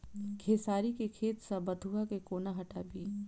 खेसारी केँ खेत सऽ बथुआ केँ कोना हटाबी